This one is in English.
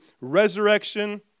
resurrection